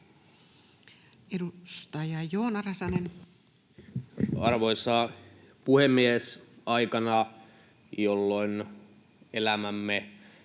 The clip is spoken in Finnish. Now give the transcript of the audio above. Edustaja Joona Räsänen. Arvoisa puhemies! Aikana, jolloin elämämme